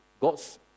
God's